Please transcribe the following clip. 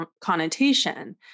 connotation